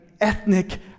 ethnic